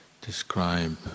describe